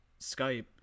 Skype